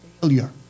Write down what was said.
failure